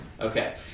Okay